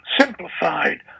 simplified